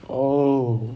oh